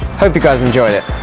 hope you guys enjoyed it!